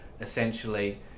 essentially